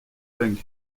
punk